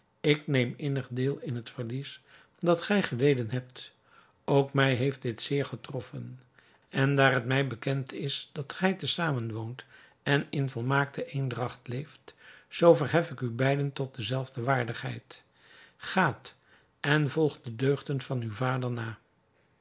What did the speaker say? ik neem innig deel in het verlies dat gij geleden hebt ook mij heeft dit zeer getroffen en daar het mij bekend is dat gij te zamen woont en in volmaakte eendragt leeft zoo verhef ik u beiden tot de zelfde waardigheid gaat en volgt de deugden van uw vader na